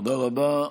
תודה רבה.